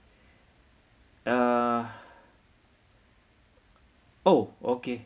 uh oh okay